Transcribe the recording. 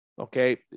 okay